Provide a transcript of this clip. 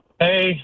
Hey